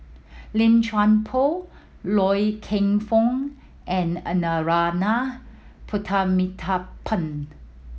Lim Chuan Poh Loy Keng Foo and a Narana Putumaippittan